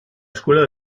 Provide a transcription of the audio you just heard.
escuela